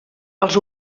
els